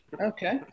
Okay